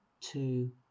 two